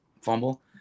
fumble